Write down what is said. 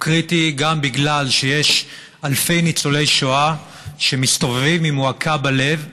הוא קריטי גם בגלל שיש אלפי ניצולי שואה שמסתובבים עם מועקה בלב.